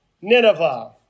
Nineveh